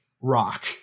rock